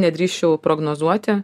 nedrįsčiau prognozuoti